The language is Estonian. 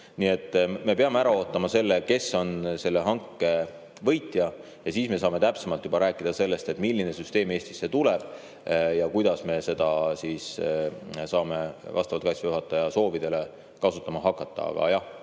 Nii et me peame ära ootama selle, kes on selle hanke võitja, siis me saame juba täpsemalt rääkida sellest, milline süsteem Eestisse tuleb ja kuidas me saame seda vastavalt Kaitseväe juhataja soovidele kasutama hakata. Aga jah,